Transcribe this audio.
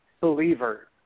believer